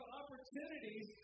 opportunities